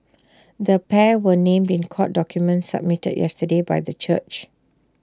the pair were named in court documents submitted yesterday by the church